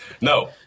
No